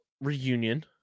reunion